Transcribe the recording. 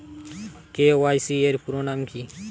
KYC এর পুরোনাম কী?